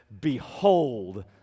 Behold